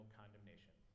condemnation